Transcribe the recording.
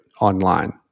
online